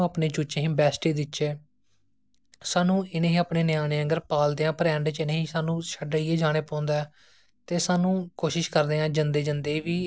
साढ़ी जेहड़ी कुड़ियां ना साढ़ी फिमेल ना साढ़ी औरतां ना जेहड़िया ते एहदे च इस चीज कन्नै ओह् पैसे बी कमादियां ना सेल्फडिपेडैंट ना